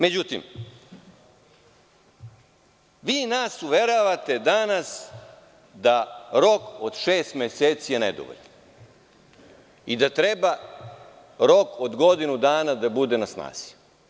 Međutim, vi nas uveravate danas da rok od šest meseci je nedovoljan i da treba rok od godinu dana da bude na snazi?